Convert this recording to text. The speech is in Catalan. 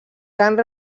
cant